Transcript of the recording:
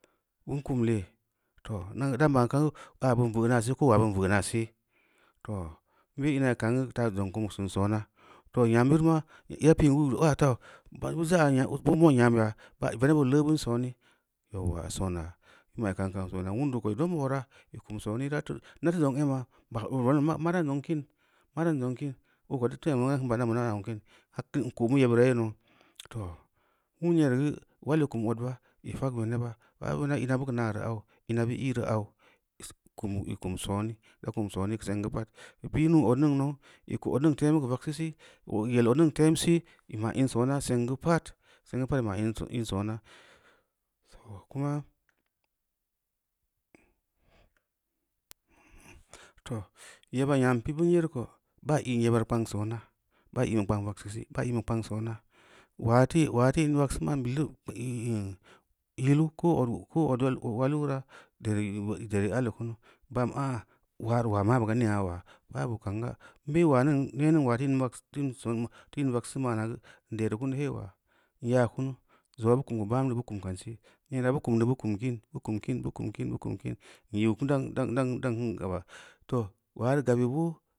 Bin kumle, too ina dan ban kin beu veu’naa se ko ulaa bin veu’naa see, too, i be’ inuyi kaan geu taa zong sun sona too nyam bidnaa, ira pin uluu ban bu zaa bu mo’n nyamma, veneb oo leubin soni, yaula sonna n mayi kaan ko sonna, wuundu ko ī dam oora ī kum sooni, ina na teu zong ema ba mara dan zong kin, muran zong kin, oo ko teu bon maram zong kin, n ko mu yebira yoo neu, too, wun nyereu geu ulal i’ kum od ba ī fak, veneba, baa ina bugeu maa veu au, ina bu ī’ reu au, i kum sooni, da kun sooni sengeu pad i bi’ mu odning teusi, i ma in soona seug geu pad sengeu pad i ma’ in soona, kuma, too yeba nyam pobu yereu ko baam i’ yeba reu kpang sona, bam i’n kpang vagseu ma’n bilu inu yilu koo ob ulalu bira, dereu alu kunu banbu aliah ulaa reu aula mabu ga mereu ulaa, babu konga, mbe ulaa ningn geu nee ningn ulaa teu in vagseu ma’paa geu dereu kunu hei ulaau, nyaa kunu zongno bu kumumeu bam meu bu kum kanse neena bu kummi bu kum kim, n mjiu kim dam n gaba too ulaa reu gabu boo